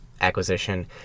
acquisition